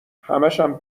همشم